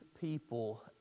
people